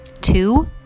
two